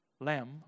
Lamb